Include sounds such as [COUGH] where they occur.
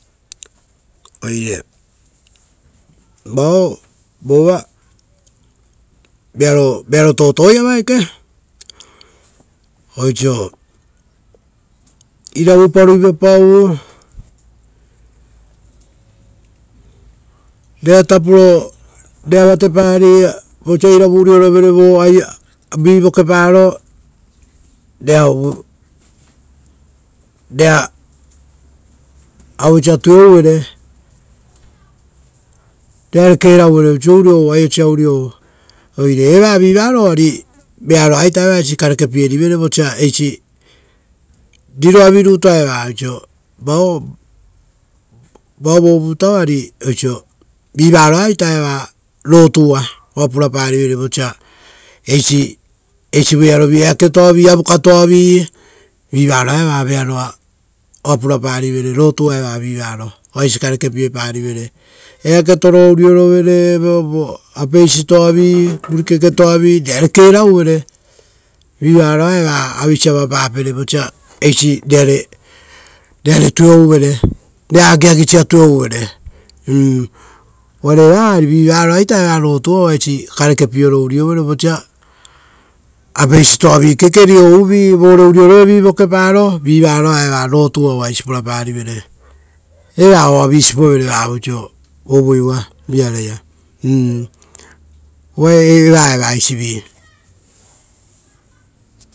Oire vaoia reoreoparai vova vearo totoiava, oisio osa iravupa uvuipau ra ruipapau, rera vatepari vosa urio ro vere vi vokeparo. Iare, ra rera agagiasa tueuvere, ora rerare kerauvere oisio uriu vo aiosia oire eva vivaro pitupitua ari vearoa-eva oa karekepierivere. Puroa virutu vao vo vutaoia oisio vivaro eva avivekea oa puraparivere vosa eisi voearovi, oisio osa avukatoavi. Vi varo eva avivikea oa purari ora eisi va karekepieparivere. Eaketoavi, vurikeketoavi rera agagisia tueuvere evoa vi vokeparo. [UNINTELLIGIBLE]